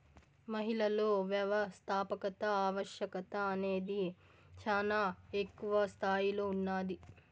మహిళలలో వ్యవస్థాపకత ఆవశ్యకత అనేది శానా ఎక్కువ స్తాయిలో ఉన్నాది